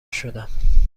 شدم